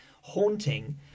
haunting